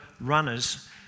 runners